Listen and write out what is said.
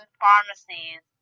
pharmacies